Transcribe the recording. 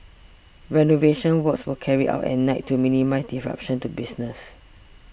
renovation works were carried out at night to minimise disruption to business